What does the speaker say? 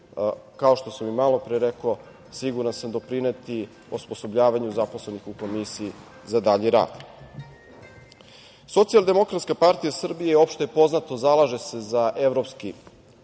kao što sam i malopre reko, siguran sam doprineti osposobljavanju zaposlenih u komisiji za dalji rad. Socijaldemokratska partija Srbije, opšte je poznato, zalaže se za evropski put